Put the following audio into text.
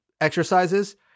exercises